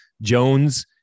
Jones